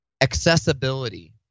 Accessibility